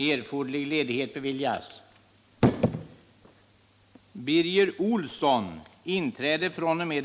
Arbetslösheten bland de unga har på några månader ökat med 30 96.